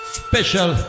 special